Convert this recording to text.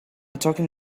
talking